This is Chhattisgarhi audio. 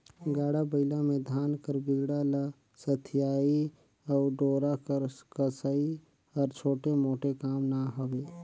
गाड़ा बइला मे धान कर बीड़ा ल सथियई अउ डोरा कर कसई हर छोटे मोटे काम ना हवे